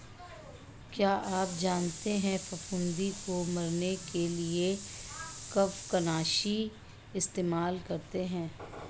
क्या आप जानते है फफूंदी को मरने के लिए कवकनाशी इस्तेमाल करते है?